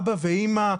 אבא ואימא.